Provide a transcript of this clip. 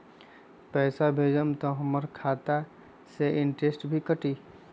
पैसा भेजम त हमर खाता से इनटेशट भी कटी?